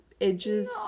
edges